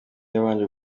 yabanje